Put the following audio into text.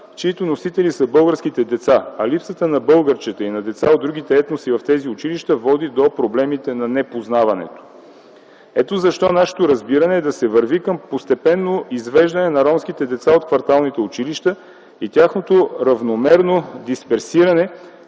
чиито носители са българските деца, а липсата на българчета и на деца от другите етноси в тези училища води до проблемите на непознаването. Ето защо нашето разбиране е да се върви към постепенно извеждане на ромските деца от кварталните училища и тяхното равномерно дисперсиране